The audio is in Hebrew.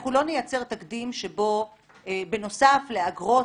אנחנו לא נייצר תקדים שבו בנוסף לאגרות